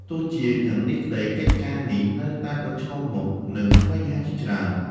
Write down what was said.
ទោះជាយ៉ាងនេះក្តី កិច្ចការនេះនៅតែប្រឈមមុខនឹងបញ្ហាជាច្រើន។